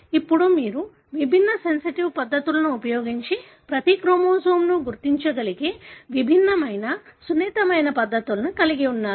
ఇప్పుడు మీరు విభిన్న సెన్సిటివ్ పద్ధతులను ఉపయోగించి ప్రతి క్రోమోజోమ్ను గుర్తించగలిగే విభిన్నమైన సున్నితమైన పద్ధతులను కలిగి ఉన్నారు